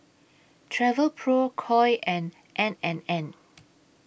Travelpro Koi and N and N